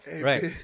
right